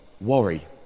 worry